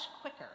quicker